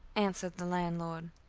answered the landlord.